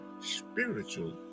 spiritual